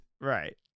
Right